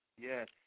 Yes